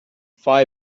phi